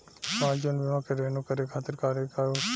हमार जीवन बीमा के रिन्यू करे खातिर का करे के होई?